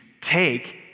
take